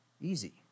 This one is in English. Easy